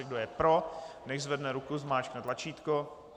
Kdo je pro, nechť zvedne ruku a zmáčkne tlačítko.